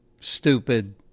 stupid